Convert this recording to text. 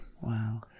Wow